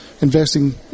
investing